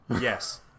yes